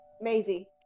Maisie